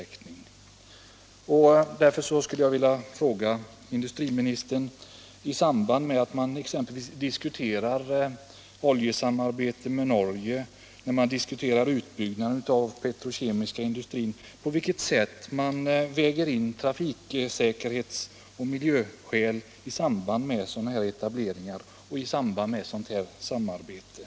Jag skulle därför, med tanke på diskussionen om oljesamarbete med Norge och diskussionen om en utbyggnad av den petrokemiska industrin, vilja fråga industriministern: På vilket sätt tar man in trafiksäkerhets och miljöskäl i diskussionerna i samband med sådana etableringar?